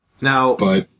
Now